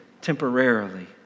temporarily